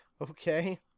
okay